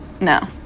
No